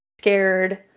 scared